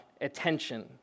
attention